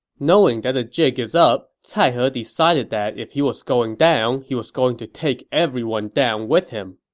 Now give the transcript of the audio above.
knowing that the jig is up, cai he decided that if he was going down, he was going to take everyone down with him.